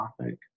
topic